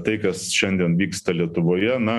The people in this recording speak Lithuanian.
tai kas šiandien vyksta lietuvoje na